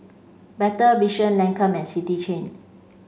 Better Vision Lancome and City Chain